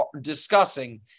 discussing